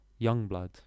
Youngblood